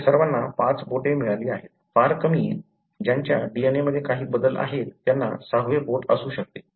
आपल्या सर्वांना पाच बोटे मिळाली आहेत फार कमी ज्यांच्या DNA मध्ये काही बदल आहेत त्यांना सहावे बोट असू शकते